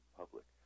public